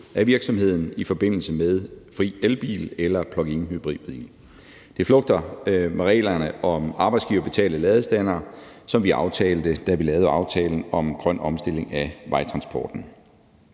af virksomheden i forbindelse med fri elbil eller pluginhybridbil. Det flugter med reglerne om arbejdsgiverbetalte ladestandere, som vi aftalte, da vi lavede aftalen om grøn omstilling af vejtransporten.